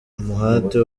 umuhate